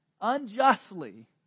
unjustly